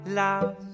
love